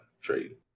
trade